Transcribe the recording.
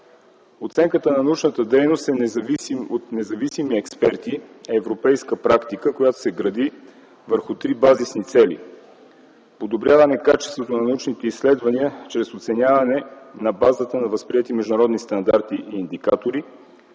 Оценката на научната дейност от независими експерти е европейска практика, която се гради върху три базисни цели – подобряване качеството на научните изследвания чрез оценяване на базата на възприети международни стандарти и индикатори,